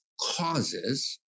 causes